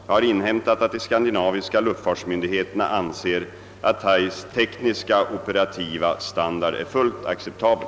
Jag har inhämtat att de skandinaviska luftfartsmyndigheterna anser att Thais tekniskt-operativa standard är fullt acceptabel.